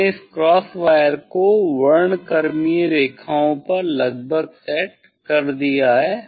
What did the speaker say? मैंने इस cross wire को वर्णक्रमीय रेखाओं पर लगभग सेट कर दिया है